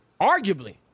arguably